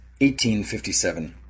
1857